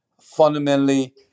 fundamentally